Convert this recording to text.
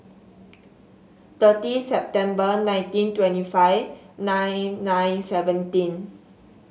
thirty September nineteen twenty five nine nine seventeen